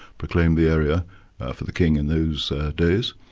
proclaimed the area for the king in those days.